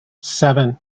seven